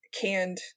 canned